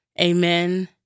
Amen